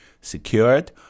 secured